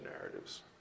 narratives